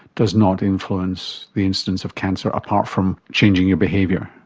does not influence the incidence of cancer, apart from changing your behaviour.